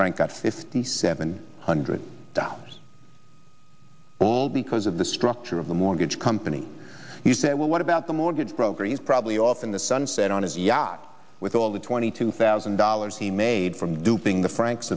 frank got fifty seven hundred dollars all because of the structure of the mortgage company he said well what about the mortgage broker he's probably off in the sunset on his yacht with all the twenty two thousand dollars he made from duping the franks